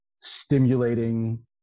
stimulating